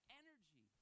energy